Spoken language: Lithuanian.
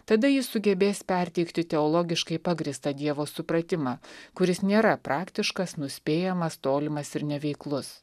tada jis sugebės perteikti teologiškai pagrįstą dievo supratimą kuris nėra praktiškas nuspėjamas tolimas ir neveiklus